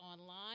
online